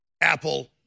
Apple